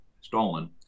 stolen